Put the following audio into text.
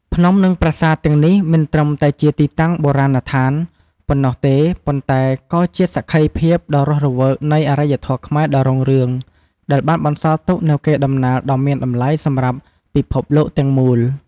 ភ្នំ និងប្រាសាទទាំងនេះមិនត្រឹមតែជាទីតាំងបុរាណដ្ឋានប៉ុណ្ណោះទេ ប៉ុន្តែក៏ជាសក្ខីភាពដ៏រស់រវើកនៃអរិយធម៌ខ្មែរដ៏រុងរឿងដែលបានបន្សល់ទុកនូវកេរដំណែលដ៏មានតម្លៃសម្រាប់ពិភពលោកទាំងមូល។